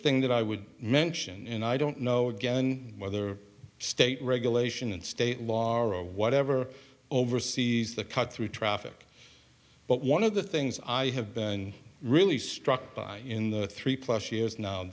thing that i would mention and i don't know again whether state regulation and state law or whatever oversees the cut through traffic but one of the things i have been really struck by in the three plus years now